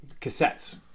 cassettes